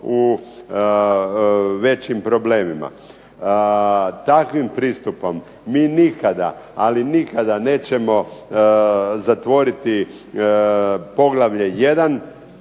u većim problemima. Takvim pristupom mi nikada, ali nikada nećemo zatvoriti poglavlje 1.